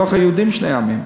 בתוך היהודים שני עמים.